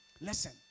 Listen